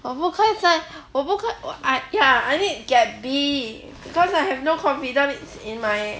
我不可以曾我不可我 I ya I need get B because I have no confidence in my